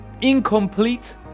incomplete